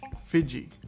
Fiji